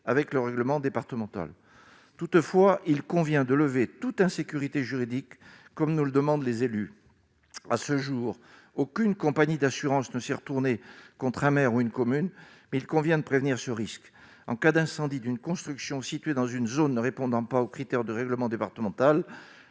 avec le règlement départemental, toutefois, il convient de lever toute insécurité juridique comme nous le demandent les élus à ce jour, aucune compagnie d'assurance ne suis retourné contre un maire ou une commune mais il convient de prévenir ce risque, en cas d'incendie d'une construction situé dans une zone ne répondant pas aux critères de règlement départemental,